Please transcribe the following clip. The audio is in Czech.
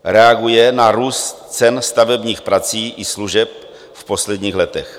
Reaguje na růst cen stavebních prací i služeb v posledních letech.